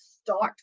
start